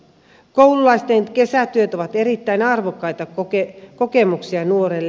koululaisten kesätyöt ovat erittäin arvokkaita kokemuksia nuorille